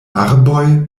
arboj